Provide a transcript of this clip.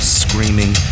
screaming